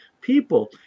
people